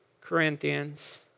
Corinthians